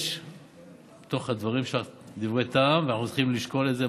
יש בתוך הדברים שלך דברי טעם ואנחנו צריכים לשקול את זה,